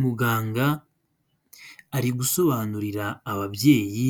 Muganga ari gusobanurira ababyeyi